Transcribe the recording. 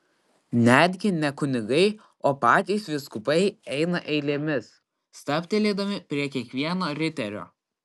netgi ne kunigai o patys vyskupai eina eilėmis stabtelėdami prie kiekvieno riterio